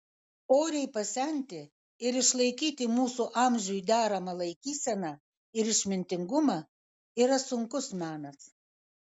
oriai pasenti ir išlaikyti mūsų amžiui deramą laikyseną ir išmintingumą yra sunkus menas